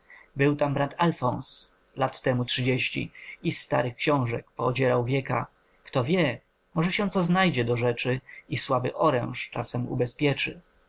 był tam brat alfons lat temu trzydzieści i z starych xiążek poodzierał wieka kto wie może się co znajdzie do rzeczy i słaby oręż czasem ubezpieczy